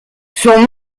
son